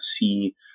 see